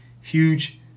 huge